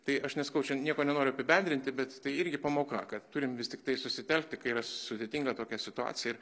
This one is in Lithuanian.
tai aš nesakau čia nieko nenoriu apibendrinti bet tai irgi pamoka kad turim vis tiktai susitelkti kai yra sudėtinga tokia situacija ir